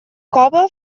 cove